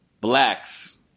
blacks